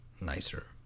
nicer